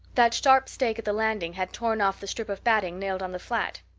that sharp stake at the landing had torn off the strip of batting nailed on the flat.